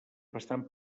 bastant